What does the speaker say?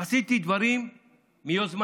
עשיתי דברים מיוזמתי,